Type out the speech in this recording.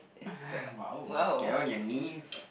get on your knees